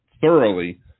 thoroughly